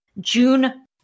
June